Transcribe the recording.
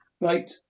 Right